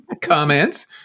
comments